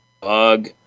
Bug